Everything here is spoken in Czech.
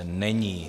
Není.